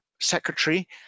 Secretary